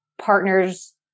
partners